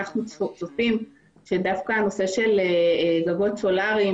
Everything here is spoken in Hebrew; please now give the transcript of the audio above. אנו צופים שדווקא הנושא של גגות סולריים